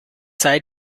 sei